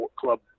Club